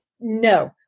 No